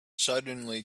suddenly